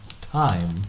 time